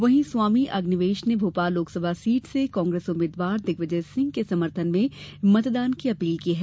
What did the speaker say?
वहीं स्वामी अग्निवेश ने भोपाल लोकसभा सीट से कांग्रेस उम्मीद्वार दिग्विजय सिंह के समर्थन में मतदान की अपील की है